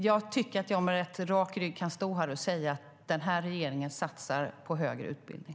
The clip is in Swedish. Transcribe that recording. Jag tycker att jag med rätt rak rygg kan stå här och säga att regeringen satsar på högre utbildning.